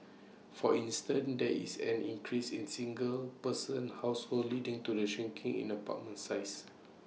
for instance there is an increase in single person households leading to the shrinking in apartment sizes